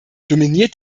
dominiert